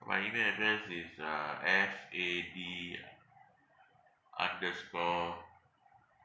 my email address is uh F A B uh underscore